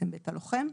בית הלוחם,